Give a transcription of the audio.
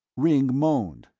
ringg moaned,